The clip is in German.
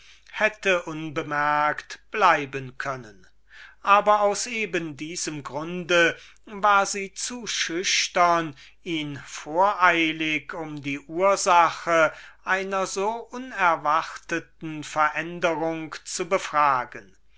hätte unbemerkt bleiben können aber aus eben diesem grunde war sie zu schüchtern ihn voreilig um die ursache einer so unerwarteten veränderung zu befragen